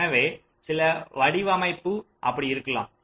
எனவே சில வடிவமைப்பு அப்படி இருக்கலாம்